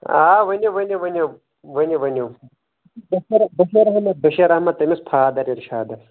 آ ؤنِو ؤنِو ؤنِو ؤنِو ؤنِو بشیٖر احمد بشیٖر احمد تٔمِس فادر اِرشادس